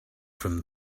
from